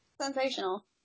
sensational